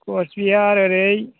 कस बिहार ओरै